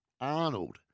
Arnold